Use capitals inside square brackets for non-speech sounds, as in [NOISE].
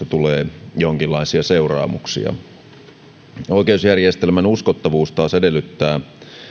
[UNINTELLIGIBLE] tulee jonkinlaisia seuraamuksia oikeusjärjestelmän uskottavuus taas edellyttää